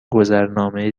گذرنامه